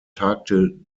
tagte